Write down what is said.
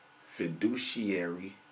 fiduciary